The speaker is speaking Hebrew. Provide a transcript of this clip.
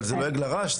זה לעג לרש,